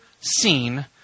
seen